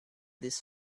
this